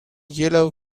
yellow